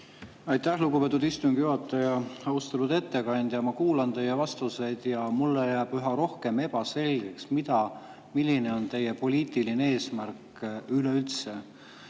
Aitäh, lugupeetud istungi juhataja! Austatud ettekandja! Ma kuulan teie vastuseid ja mulle jääb üha rohkem ebaselgeks, milline on teie poliitiline eesmärk üleüldse.